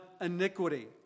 iniquity